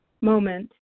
moment